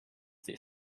their